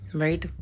right